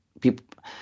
people